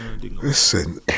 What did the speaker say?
Listen